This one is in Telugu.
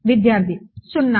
విద్యార్థి 0